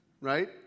right